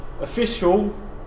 Official